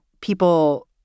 people